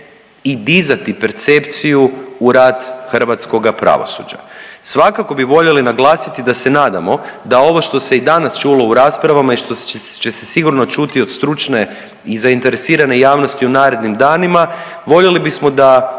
i dizati percepciju u rad hrvatskoga pravosuđa. Svakako bi voljeli naglasiti da se nadamo da ovo što se i danas čulo u raspravama i što će se sigurno čuti od stručne i zainteresirane javnosti u narednim danima voljeli bismo da